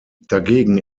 dagegen